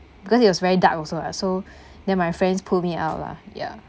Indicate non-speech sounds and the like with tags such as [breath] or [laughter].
because it was very dark also ah so [breath] then my friends pulled me out lah ya